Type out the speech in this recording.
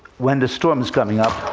when the storm is coming up,